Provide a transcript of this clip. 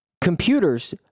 computers